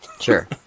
sure